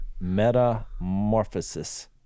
Metamorphosis